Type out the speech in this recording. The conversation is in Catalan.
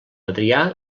adrià